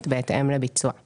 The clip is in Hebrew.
ו-12 תקנים הם מהרזרבה הכללית.